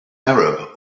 arab